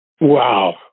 Wow